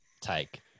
take